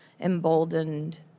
emboldened